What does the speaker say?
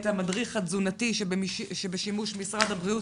המדריך התזונתי שבשימוש משרד הבריאות,